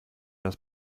das